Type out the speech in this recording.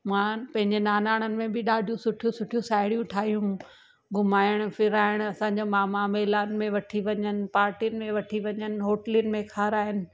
मां पंहिंजे नानाणनि में बि ॾाढियूं सुठियूं सुठियूं साहेड़ियूं ठाहियूं घुमायइण फिरायइण असांजा मामा मेलानि में वठी वञनि पार्टीनि में वठी वञनि होटलूनि में खाराइन